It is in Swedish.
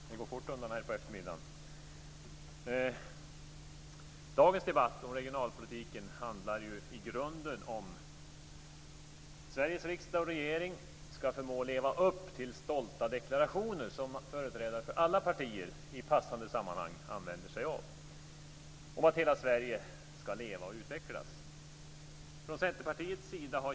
Fru talman! Det går snabbt undan här på eftermiddagen. Dagens debatt om regionalpolitiken handlar ju i grunden om huruvida Sveriges riksdag och regering skall förmå leva upp till de stolta deklarationer som företrädare för alla partier i passande sammanhang använder sig av om att hela Sverige skall leva och utvecklas.